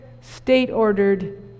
state-ordered